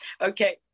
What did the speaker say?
Okay